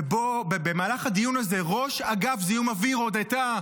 ובמהלך הדיון הזה ראש אגף זיהום אוויר הודתה,